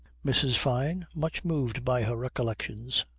mrs fyne, much moved by her recollections,